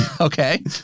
Okay